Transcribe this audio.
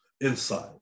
inside